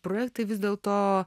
projektai vis dėlto